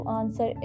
answer